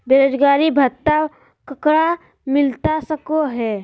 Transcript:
बेरोजगारी भत्ता ककरा मिलता सको है?